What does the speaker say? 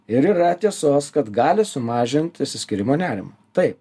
ir yra tiesos kad gali sumažint išsiskyrimo nerimą taip